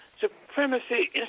supremacy